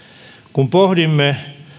kun pohdimme